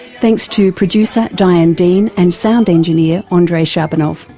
thanks to producer diane dean and sound engineer ah andrei shabunov.